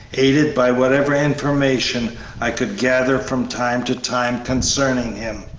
aided by whatever information i could gather from time to time concerning him.